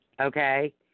Okay